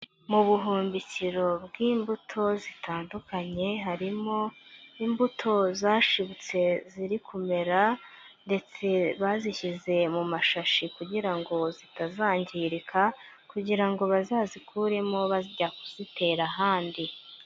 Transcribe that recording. Mu buhumbikiro bw'imbuto zitandukanye, harimo imbuto zashibutse ziri kumera, ndetse bazishyize mu mashashi kugira ngo zitazangirika, kugira ngo bazazikuremo bajya kuzitera ahandi.